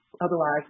otherwise